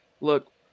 Look